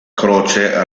croce